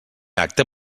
acte